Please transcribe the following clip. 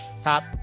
top